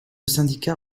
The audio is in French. syndicat